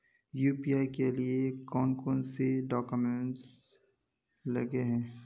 UPI के लिए कौन कौन से डॉक्यूमेंट लगे है?